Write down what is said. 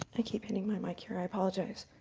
i keep hitting my mic here. i apologize.